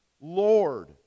Lord